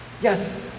Yes